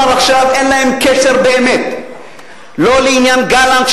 עכשיו אין להם קשר באמת לא לעניין גלנט,